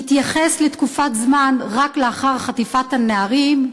הוא התייחס לתקופת זמן שהחלה רק לאחר חטיפת הנערים,